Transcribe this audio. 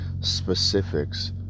specifics